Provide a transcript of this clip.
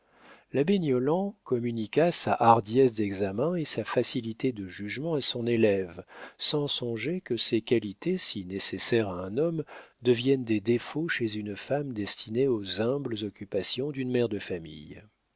l'abbé niollant communiqua sa hardiesse d'examen et sa facilité de jugement à son élève sans songer que ces qualités si nécessaires à un homme deviennent des défauts chez une femme destinée aux humbles occupations d'une mère de famille